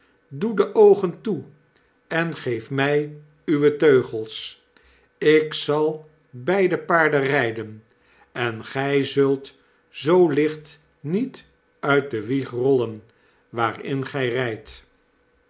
doe de oogen toe en geef my uwe teugels ik zal beide paarden ryden en gij zult zoo licht niet uit de wieg rollen waarin gij rydt